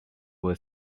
were